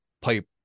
pipe